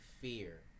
fear